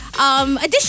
Additional